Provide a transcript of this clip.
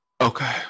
Okay